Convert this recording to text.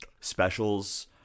specials